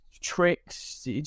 tricks